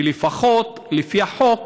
ולפחות לפי החוק